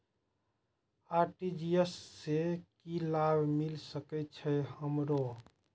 RTGS से की लाभ मिल सके छे हमरो?